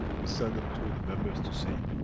we sent them to the members to see.